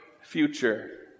future